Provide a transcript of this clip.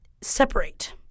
separate